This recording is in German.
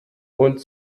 und